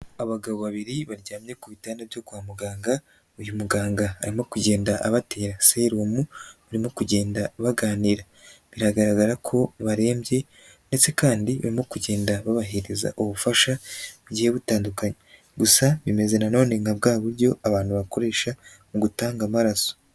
Abagabo babiri baryamye ku bitanda byo kwa muganga, uyu muganga arimo kugenda abatera serumu barimo kugenda baganira biragaragara ko barembye, ndetse kandi barimo kugenda babahereza ubufasha bugiye butandukanye, gusa bimeze na none nka bwa buryo abantu bakoresha mu gutanga amaraso.